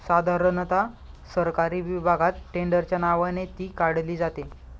साधारणता सरकारी विभागात टेंडरच्या नावाने ती काढली जाते